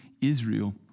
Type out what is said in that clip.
Israel